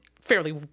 fairly